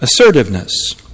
assertiveness